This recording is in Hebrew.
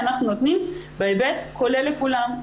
אנחנו נותנים בהיבט כולל לכולם.